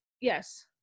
Yes